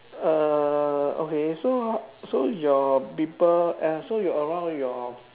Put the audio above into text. uh okay so ah so your people and also your around your